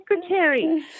secretary